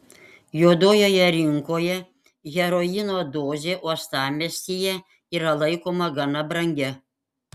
juodojoje rinkoje heroino dozė uostamiestyje yra laikoma gana brangia